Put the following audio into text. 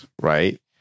right